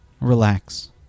relax